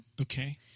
Okay